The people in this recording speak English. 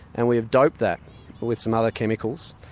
and we've doped that with some other chemicals.